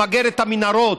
למגר את המנהרות,